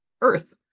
Earth